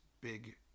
big